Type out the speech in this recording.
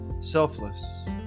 selfless